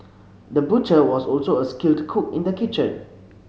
the butcher was also a skilled cook in the kitchen